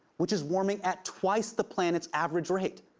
which is warming at twice the planet's average rate.